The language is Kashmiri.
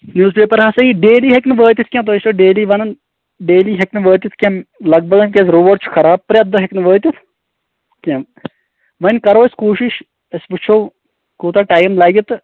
نوٕز پیپر ہسا یی ڈیلی ہیٚکنہٕ وٲتِتھ کیٚنٛہہ تُہۍ ٲسوٕ ڈیلی وَنان ڈیلی ہیٚکنہٕ وٲتتھ کیٚنٛہہ لَگ بَگ کیازِ روڑ چھُ خراب پرٮ۪تھ دۄہ ہیٚکنہٕ واتِتھ کیٚنٛہہ ؤںۍ کَرو أسۍ کوشِش أسۍ وٕچھو کوتاہ ٹایم لَگہِ تہٕ